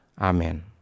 Amen